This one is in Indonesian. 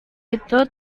itu